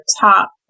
top